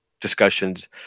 discussions